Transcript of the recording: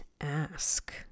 ask